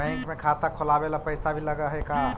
Bank में खाता खोलाबे ल पैसा भी लग है का?